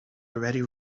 already